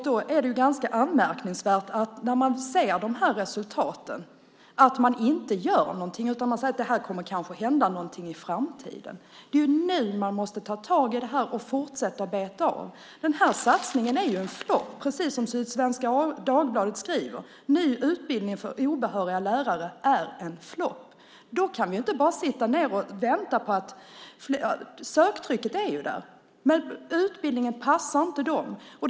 Då är det ganska anmärkningsvärt att man inte gör någonting när man ser resultaten, utan säger att det kanske kommer att hända någonting i framtiden. Men det är nu man måste ta tag i det här och fortsätta att beta av detta. Satsningen är en flopp. Också Sydsvenska Dagbladet skriver att den nya utbildningen för obehöriga lärare är en flopp. Vi kan inte bara sitta ned och vänta. Söktrycket finns, men utbildningen passar inte de sökande.